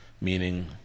meaning